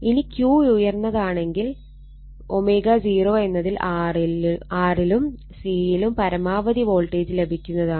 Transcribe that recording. ഇനി Q ഉയർന്നതാണെങ്കിൽ ω0 എന്നതിൽ R ലും C ലും പരമാവധി വോൾട്ടേജ് ലഭിക്കുന്നതാണ്